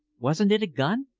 wasn't it a gun?